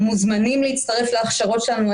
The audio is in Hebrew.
מוזמנים להצטרף להכשרות שלנו.